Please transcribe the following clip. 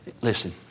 Listen